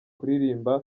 kuririmba